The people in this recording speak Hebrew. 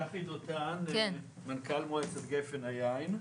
צחי דותן, מנכ"ל מועצת גפן היין.